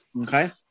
Okay